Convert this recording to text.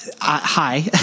Hi